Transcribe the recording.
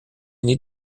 need